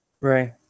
Right